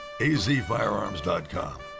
azfirearms.com